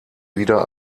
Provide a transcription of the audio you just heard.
wieder